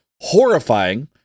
horrifying